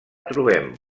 trobem